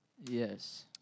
Yes